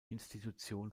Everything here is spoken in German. institution